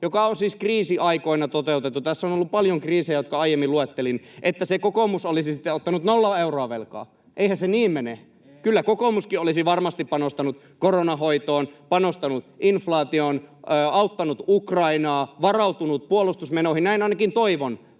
joka on siis kriisiaikoina toteutettu — tässä on ollut paljon kriisejä, jotka aiemmin luettelin — kokoomus olisi ottanut nolla euroa velkaa. Eihän se niin mene. Kyllä kokoomuskin olisi varmasti panostanut koronan hoitoon, panostanut inflaatioon, auttanut Ukrainaa, varautunut puolustusmenoihin — näin ainakin toivon.